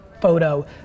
photo